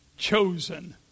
chosen